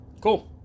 cool